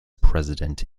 president